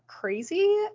crazy